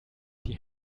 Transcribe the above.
die